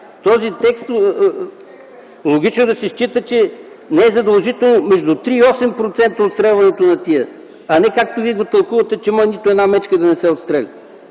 Този текст обаче логично е да се счита, че не е задължително между 3 и 8% отстрелване, а не, както Вие го тълкувате, че може нито една мечка да не се отстреля.